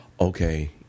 okay